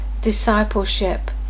discipleship